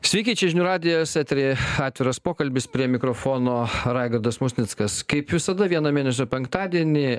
sveiki čia žinių radijas eteryje atviras pokalbis prie mikrofono raigardas musnickas kaip visada vieno mėnesio penktadienį